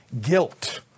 guilt